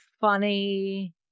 funny